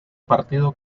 partido